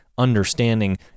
Understanding